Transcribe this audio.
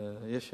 ויש היענות.